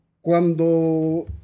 cuando